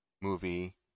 movie